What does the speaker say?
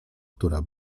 która